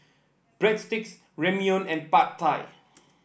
Breadsticks Ramyeon and Pad Thai